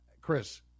Chris